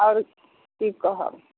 आओर की कहब